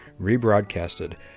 rebroadcasted